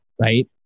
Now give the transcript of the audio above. right